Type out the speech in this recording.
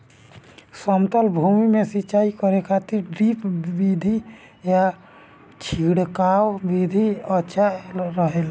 समतल भूमि में सिंचाई करे खातिर ड्रिप विधि या छिड़काव विधि अच्छा रहेला?